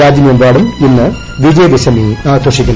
രാജ്യമെമ്പാടും ഇന്ന് വിജയദശമി ആഘോഷിക്കുന്നു